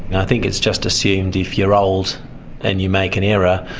i think it's just assumed if you're old and you make an error,